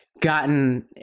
gotten